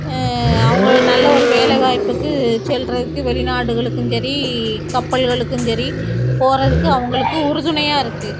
அவங்கள நல்ல ஒரு வேலை வாய்ப்புக்கு செல்லுறதுக்கு வெளிநாடுகளுக்கும் சரி கப்பல்களுக்கும் சரி போகறதுக்கு அவங்களுக்கு உறுதுணையாக இருக்கு